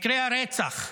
מקרי הרצח,